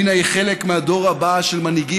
פנינה היא חלק מהדור הבא של מנהיגים